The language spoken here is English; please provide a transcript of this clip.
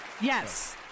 Yes